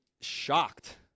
shocked